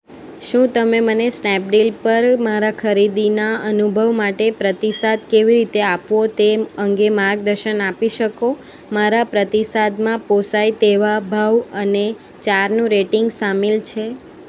શું તમે મને સ્નેપડીલ પર મારા ખરીદીના અનુભવ માટે પ્રતિસાદ કેવી રીતે આપવો તે અંગે માર્ગદર્શન આપી શકો મારા પ્રતિસાદમાં પોસાય તેવા ભાવ અને ચારનું રેટિંગ સામેલ છે